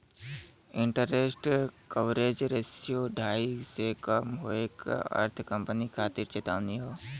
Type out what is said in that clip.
interest coverage ratio ढाई से कम होये क अर्थ कंपनी खातिर चेतावनी हौ